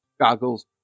goggles